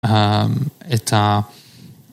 את ה..